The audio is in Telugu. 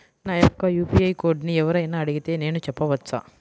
నా యొక్క యూ.పీ.ఐ కోడ్ని ఎవరు అయినా అడిగితే నేను చెప్పవచ్చా?